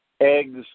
Eggs